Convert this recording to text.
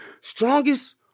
Strongest